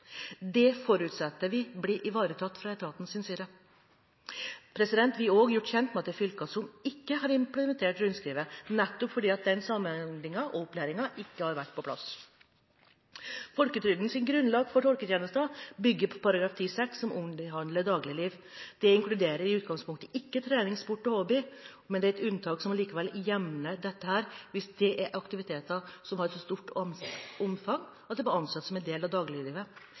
Det forutsetter vi blir ivaretatt fra etatens side. Vi er også gjort kjent med at det er fylker som ikke har implementert rundskrivet, nettopp fordi samhandlingen og opplæringen ikke har vært på plass. Folketrygdens grunnlag for tolketjenesten bygger på § 10-6, som omhandler dagliglivet. Det inkluderer i utgangspunktet ikke trening, sport og hobby, men det er et unntak som likevel hjemler dette hvis det er aktiviteter som har et så stort omfang at det blir ansett som en del av dagliglivet.